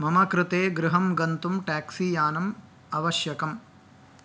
मम कृते गृहं गन्तुं टेक्सी यानम् आवश्यकम्